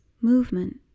movement